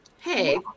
Hey